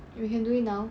you can do it now